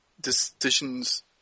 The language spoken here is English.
decisions